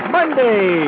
Monday